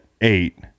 eight